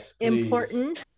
important